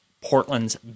Portland's